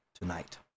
tonight